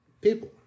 people